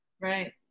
Right